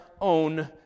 own